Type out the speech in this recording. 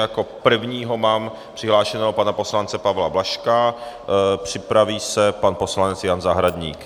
Takže jako prvního mám přihlášeného pana poslance Pavla Blažka, připraví se pan poslanec Jan Zahradník.